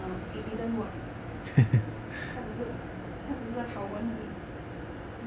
uh it didn't work 它只是它只是好闻而已